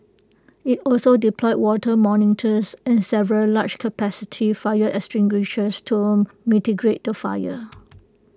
IT also deployed water monitors and several large capacity fire extinguishers to mitigate the fire